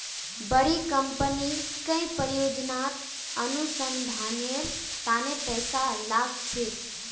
बड़ी कंपनी कई परियोजनात अनुसंधानेर तने पैसा लाग छेक